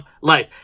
Life